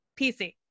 PC